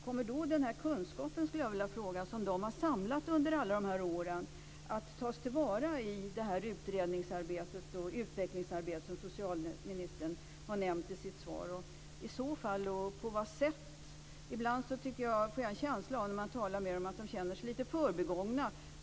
Kommer den kunskap som de har samlat under alla dessa år att tas till vara i det utredningsarbete och utvecklingsarbete som socialministern har nämnt i sitt svar? I så fall undrar jag på vilket sätt det skall ske. När jag pratar med dem får jag ibland en känsla av att de känner sig lite förbigångna.